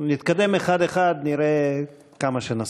אנחנו נתקדם אחד-אחד, ונראה כמה שנספיק.